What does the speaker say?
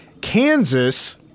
Kansas